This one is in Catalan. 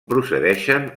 procedeixen